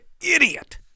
idiot